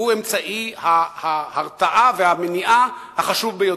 הוא אמצעי ההרתעה והמניעה החשוב ביותר,